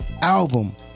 album